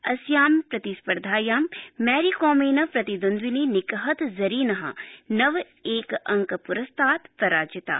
अस्यां प्रतिस्पर्धायां मैरीकॉमेन प्रतिद्वन्दिनी निकहत जरीन नव एक अड्कपुरस्तात् पराजिता